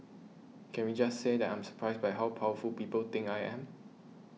can we just say that I'm surprised by how powerful people think I am